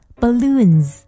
balloons